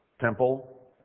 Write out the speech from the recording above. temple